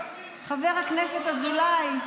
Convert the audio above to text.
חבר הכנסת אזולאי.